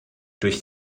durch